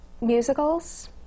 musicals